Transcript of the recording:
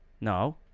no